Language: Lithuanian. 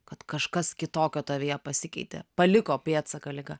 kad kažkas kitokio tavyje pasikeitė paliko pėdsaką liga